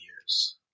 years